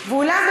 ואולם,